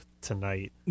tonight